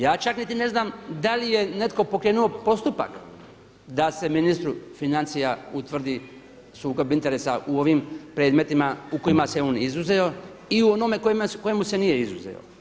Ja čak niti ne znam da li je netko pokrenuo postupak da se ministru financija utvrdi sukob interesa u ovim predmetima u kojima se on izuzeo i u onome u kojima se nije izuzeo.